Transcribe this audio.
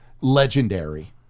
legendary